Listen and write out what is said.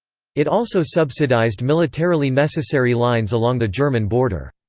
it also subsidized militarily necessary lines along the german border.